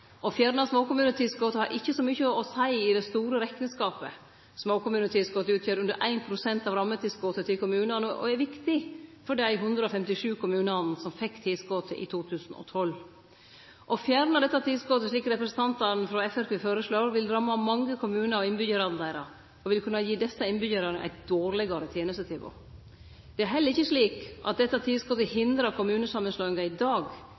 har ikkje så mykje å seie i den store rekneskapen. Småkommunetilskotet utgjer under 1 pst. av rammetilskotet til kommunane og er viktig for dei 157 kommunane som fekk tilskotet i 2012. Å fjerne dette tilskotet, som representantane frå Framstegspartiet føreslår, vil ramme mange kommunar og innbyggjarane deira – og vil kunne gi desse innbyggjarane eit dårlegare tenestetilbod. Det er heller ikkje slik at dette tilskotet hindrar kommunesamanslåingar i dag.